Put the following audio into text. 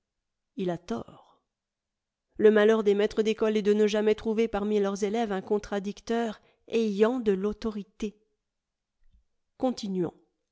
il a tort le malheur des maîtres d'école est de ne jamais trouver parmi leurs élèves un contradicteur ayant de l'autorité continuons